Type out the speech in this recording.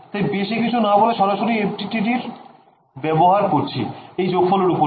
তাই বেশি কিছু না বলে সরাসরি FDTD এ র ব্যবহার করছি এই যোগফলের ওপর